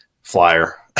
flyer